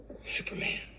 Superman